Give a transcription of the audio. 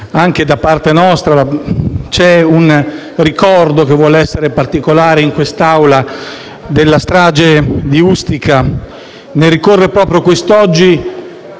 anche da parte nostra c'è un ricordo, che vuole essere particolare in quest'Aula, della strage di Ustica, di cui ricorre proprio quest'oggi